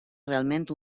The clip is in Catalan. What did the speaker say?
realment